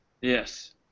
Yes